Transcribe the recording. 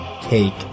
cake